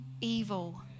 evil